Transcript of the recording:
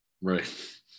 Right